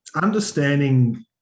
understanding